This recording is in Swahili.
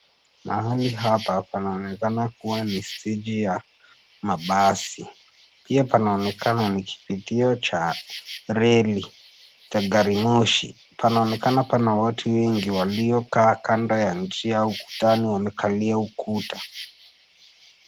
Mahali hapa panaonekana kuwa ni steji ya mabasi pia, panaonekana ni kivukio cha reli cha gari moshi panaonekana pana watu wengi walio kaa kando ya njia watano wamekalia ukuta.